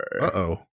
Uh-oh